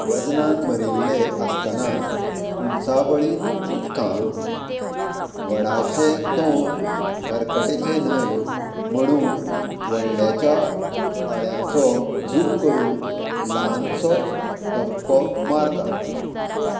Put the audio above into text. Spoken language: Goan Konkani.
वजनान भरिल्लें आसतना उचांबळीत उदकांत वडाचें तोंक भरकटेचें न्हय म्हणून व्हडल्याच्या फळ्यांचो झूप करून ल्हानसोच धपको मारता